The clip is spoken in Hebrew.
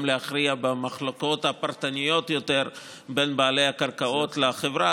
להכריע במחלוקות הפרטניות יותר בין בעלי הקרקעות לחברה.